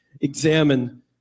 examine